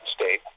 state